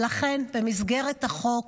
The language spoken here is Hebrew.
ולכן, במסגרת החוק